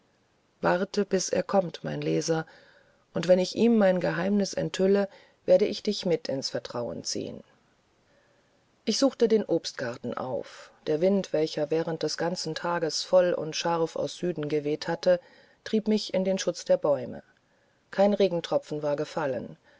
warte bis er kommt mein leser und wenn ich ihm mein geheimnis enthülle werde ich dich mit ins vertrauen ziehen ich suchte den obstgarten auf der wind welcher während des ganzen tages voll und scharf aus süden geweht hatte trieb mich in den schutz der bäume kein regentropfen war gefallen